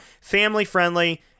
Family-friendly